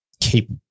keep